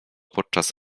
podczas